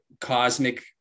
cosmic